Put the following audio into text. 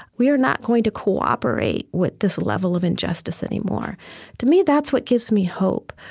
we are not going to cooperate with this level of injustice anymore to me, that's what gives me hope.